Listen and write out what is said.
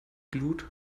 glut